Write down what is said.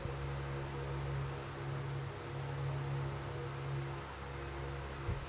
Policy time ಆಗ್ಯಾದ ಅದ್ರದು ರೊಕ್ಕ ತಗಬೇಕ್ರಿ ಏನ್ ಮಾಡ್ಬೇಕ್ ರಿ ಸಾರ್?